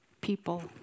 people